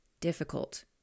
difficult